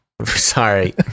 sorry